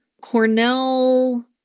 Cornell